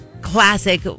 classic